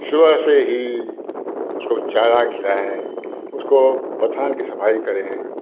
सुबह से ही उसको चारा खिलाएँ उसको बथान की सफाई करे हैं